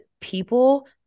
people